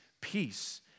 peace